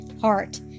heart